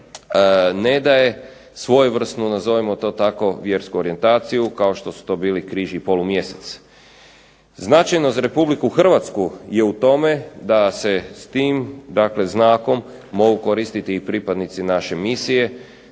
ne daje svojevrsnu, nazovimo to tako, vjersku orijentaciju kao što su to bili križ i polumjesec. Značajno za Republiku Hrvatsku je u tome da se s tim dakle znakom mogu koristiti i pripadnici naše misije,